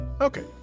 Okay